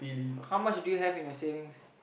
how much do you have in your savings